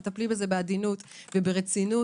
וטפלי בזה ברצינות ובעדינות,